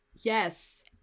Yes